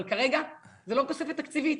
אבל כרגע זה לא תוספת תקציבית.